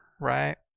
right